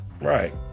right